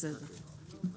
בסעיף 29(ב1)